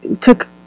took